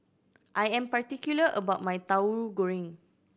I am particular about my Tauhu Goreng